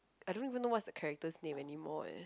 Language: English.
I don't even know what's the character's name anymore eh